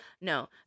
No